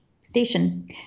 station